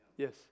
Yes